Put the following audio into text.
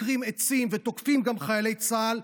עוקרים עצים ותוקפים גם חיילי צה"ל,